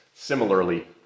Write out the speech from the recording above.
Similarly